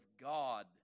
God